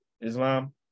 Islam